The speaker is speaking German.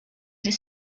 ist